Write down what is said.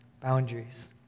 boundaries